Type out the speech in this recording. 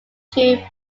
two